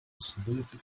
possibility